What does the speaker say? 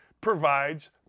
provides